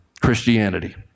Christianity